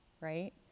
right